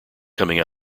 coming